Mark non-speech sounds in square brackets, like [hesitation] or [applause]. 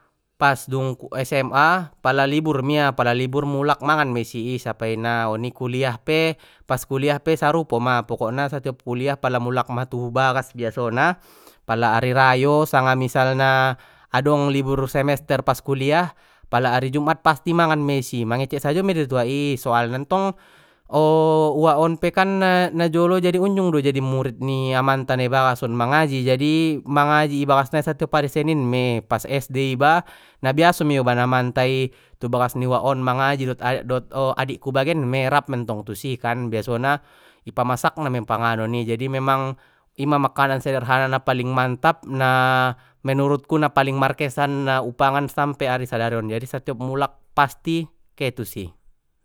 Pas dung es em a pala libur mulak mangan me isi i sapai na oni kuliah pe pas kuliah pe sarupo ma pokokna satiop kuliah pala mulak ma tu bagas biasona pala ari rayo sanga misalna adong libur semester pas kuliah pala ari jumat pasti mangan me i si mengecek sajo mei dot uwak i soalna ntong [hesitation] uwak on pe kan na-najolo jadi unjung do jadi murid ni amanta na i bagas on mangajai jadi mangaji i bagas nai satiop ari senin mei pas es de iba na biaso mei ioban amanta i tu bagas ni uwak on mangaji dot adikku bagen mei rap mentong tusi kan biasona i pamasakna mei panganon i jadi memang ima makanan sederhana na paling mantab na, menurutku na paling markesan na upangan sampe ari sadari on jadi satiop mulak pasti ke tu si.